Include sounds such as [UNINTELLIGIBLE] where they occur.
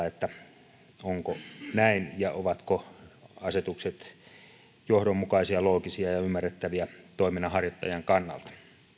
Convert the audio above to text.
[UNINTELLIGIBLE] että onko näin ja ovatko asetukset johdonmukaisia loogisia ja ymmärrettäviä toiminnanharjoittajan kannalta